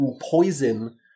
poison